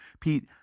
pete